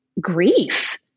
grief